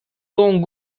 dong